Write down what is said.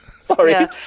Sorry